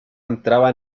entraba